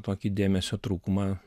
tokį dėmesio trūkumą